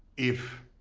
if